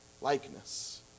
likeness